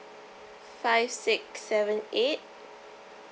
five six seven eight